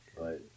Right